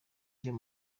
ryo